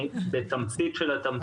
אני אדבר בתמצית של התמצית.